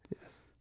Yes